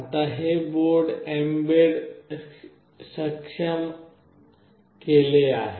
आता हे board embed सक्षम केले आहे